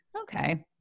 okay